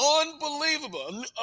unbelievable